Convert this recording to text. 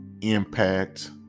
impact